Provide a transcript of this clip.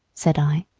said i.